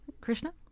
Krishna